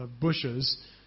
bushes